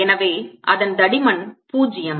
எனவே அதன் தடிமன் 0